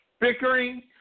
bickering